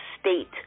state